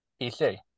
PC